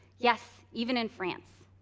yes, even in france.